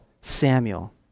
Samuel